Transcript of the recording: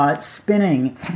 Spinning